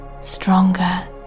stronger